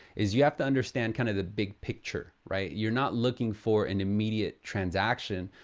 is you have to understand kind of the big picture, right? you're not looking for an immediate transaction.